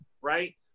right